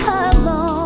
alone